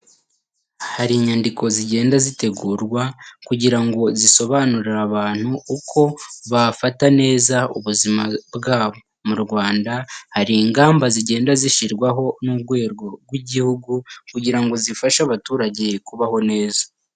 Hari inyandiko zigenda zitegurwa kugira ngo zisobanurire abantu uko bafata neza ubuzima bwabo, mu Rwanda hari ingamba zigenda zishyirwaho n'urwego rw'igihugu kugira ngo zifashe abaturage kubaho neza.